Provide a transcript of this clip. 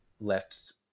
left